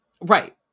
Right